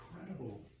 incredible